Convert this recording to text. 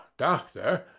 doctor,